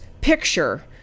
picture